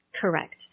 Correct